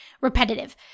repetitive